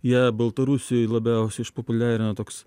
ją baltarusijoj labiausiai išpopuliarino toks